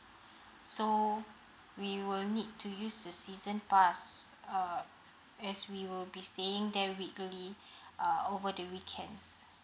so we will need to use the season pass uh as we will be staying there weekly uh over the weekends